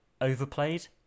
overplayed